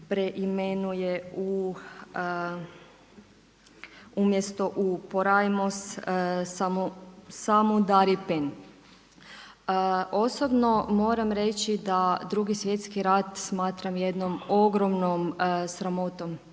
preimenuje u, umjesto u „porajmos“ u „samuudaripen“. Osobno moram reći da Drugi svjetski rat smatram jednom ogromnom sramotom